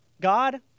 God